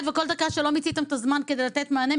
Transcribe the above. וכל דקה שלא מיציתם את הזמן כדי לתת מענה,